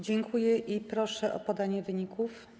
Dziękuję i proszę o podanie wyników.